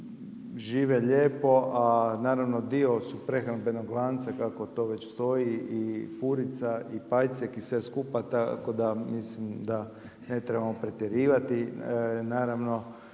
žive lijepo a naravno dio su prehrambenog lanca kako to već stoji i purica i pajcek i sve skupa tako da mislim da ne trebamo pretjerivati,